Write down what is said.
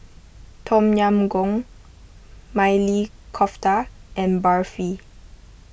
Tom Yam Goong Maili Kofta and Barfi